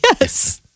Yes